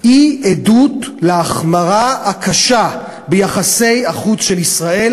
היא עדות להחמרה הקשה ביחסי החוץ של ישראל